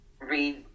read